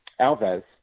Alves